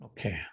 Okay